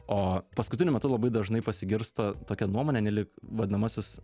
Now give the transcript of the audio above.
o paskutiniu metu labai dažnai pasigirsta tokia nuomonė nelyg vadinamasis